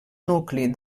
nucli